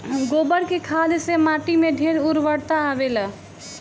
गोबर के खाद से माटी में ढेर उर्वरता आवेला